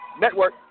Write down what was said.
Network